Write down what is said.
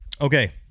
Okay